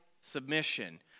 submission